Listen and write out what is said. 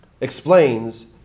explains